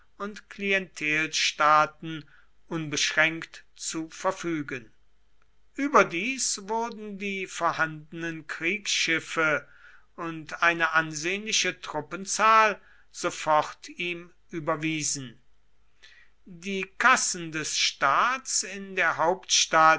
und klientelstaaten unbeschränkt zu verfügen überdies wurden die vorhandenen kriegsschiffe und eine ansehnliche truppenzahl sofort ihm überwiesen die kassen des staats in der hauptstadt